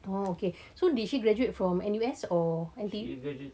oh okay so did she graduate from N_U_S or N_T_U